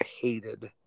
hated